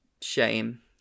shame